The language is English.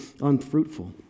unfruitful